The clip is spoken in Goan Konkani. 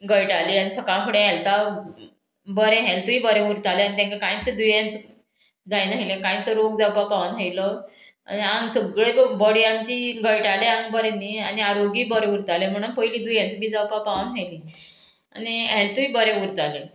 गळटाली आनी सकाळ फुडें हॅल्थाक बरें हॅल्थूय बरें उरतालें आनी तेंका कांयच दुयेंस जायना कांयच रोग जावपाक पावोन आहिलो आनी हांग सगळी बॉडी आमची गळटाले आंग बरें न्ही आनी आरोग्यूय बरें उरताले म्हणून पयलीं दुयेंस बी जावपा पावोन आयली आनी हेल्थूय बरें उरतालें